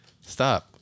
Stop